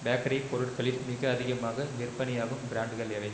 bakery பொருட்களில் மிக அதிகமாக விற்பனையாகும் பிராண்டுகள் எவை